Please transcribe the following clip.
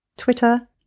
twitter